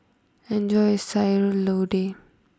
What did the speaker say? enjoy your Sayur Lodeh